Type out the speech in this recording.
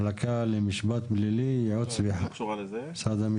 גולדברג --- היא לא קשורה לזה.